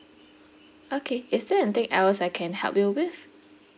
okay is there anything else I can help you with